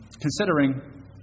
considering